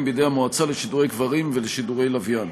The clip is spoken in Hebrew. בידי המועצה לשידורי כבלים ולשידורי לוויין.